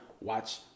watch